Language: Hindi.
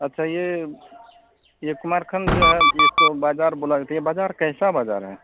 अच्छा यह यह कुमारखण्ड जो है इसको बाज़ार बोला जाता है यह बाज़ार कैसा बाज़ार है